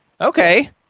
okay